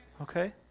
Okay